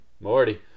Morty